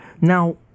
Now